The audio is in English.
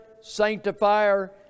Sanctifier